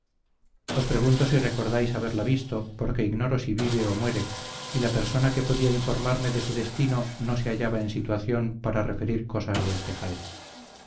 os pregunto si recordáis haberla visto porque ignoro si vive o muere y la persona que podía informarme de su destino no se hallaba en situación para referir cosas de este jaez